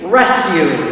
rescue